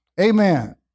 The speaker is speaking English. Amen